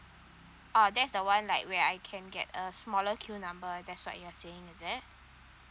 uh that's the one like where I can get a smaller queue number that's what you are saying it's